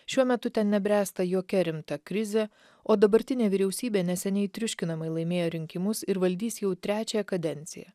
šiuo metu ten nebręsta jokia rimta krizė o dabartinė vyriausybė neseniai triuškinamai laimėjo rinkimus ir valdys jau trečią kadenciją